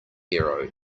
hero